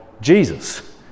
Jesus